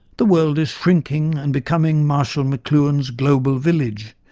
the world is shrinking and becoming marshall mcluhan's global village,